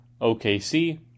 OKC